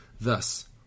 Thus